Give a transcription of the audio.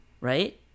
Right